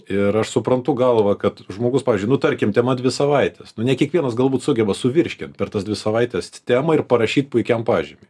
ir aš suprantu galva kad žmogus pavyzdžiui nu tarkim tema dvi savaitės ne kiekvienas galbūt sugeba suvirškint per tas dvi savaites temą ir parašyt puikiam pažymį